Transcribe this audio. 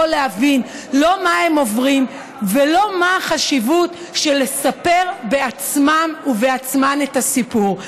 להבין לא מה הם עוברים ולא מה החשיבות של לספר בעצמם ובעצמן את הסיפור.